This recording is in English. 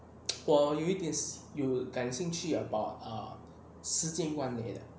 我有一点有感兴趣 about err about 时间关联的